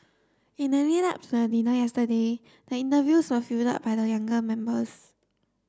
in the lead up to the dinner yesterday the interviews were fielded by the younger members